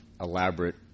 elaborate